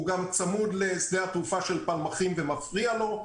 הוא גם צמוד לשדה התעופה של פלמחים ומפריע לו.